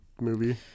movie